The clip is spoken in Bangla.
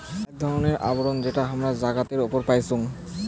আক ধরণের আবরণ যেটা হামরা জাগাতের উপরে পাইচুং